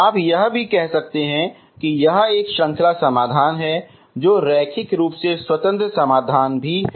आप यह भी कह सकते हैं कि यह एक श्रृंखला समाधान है जो रैखिक रूप से स्वतंत्र समाधान भी है